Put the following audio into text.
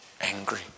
angry